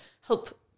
help